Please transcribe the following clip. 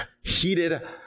heated